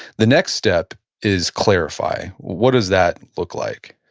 the next step is clarify, what does that look like?